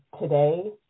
today